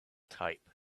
type